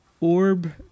orb